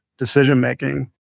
decision-making